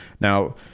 Now